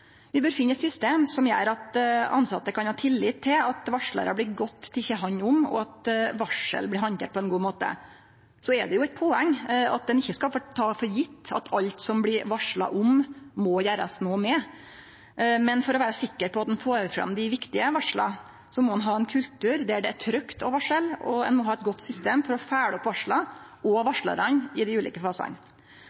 Vi bør finne system som gjer at tilsette kan ha tillit til at varslarar blir godt tekne hand om, og at varsel blir handterte på ein god måte. Så er det jo eit poeng at ein ikkje skal ta for gitt at alt som blir varsla om, må gjerast noko med. Men for å vere sikre på at ein får fram dei viktige varsla, må ein ha ein kultur der det er trygt å varsle, og ein må ha eit godt system for å følgje opp varsla